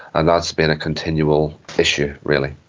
and that's been a continual issue, really.